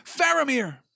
Faramir